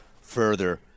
further